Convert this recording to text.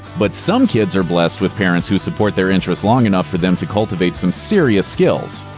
but some kids are blessed with parents who support their interest long enough for them to cultivate some serious skills.